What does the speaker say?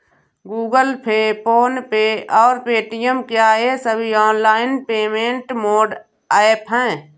Google pay PhonePe और Paytm क्या ये सभी ऑनलाइन पेमेंट मोड ऐप हैं?